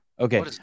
Okay